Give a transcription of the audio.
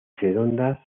redondas